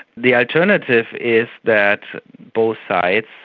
the alternative is that both sides,